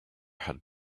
had